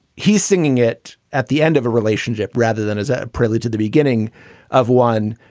he's singing it at the end of a relationship rather than as a prelude to the beginning of one.